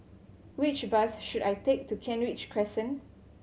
which bus should I take to Kent Ridge Crescent